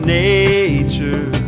nature